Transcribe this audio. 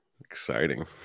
exciting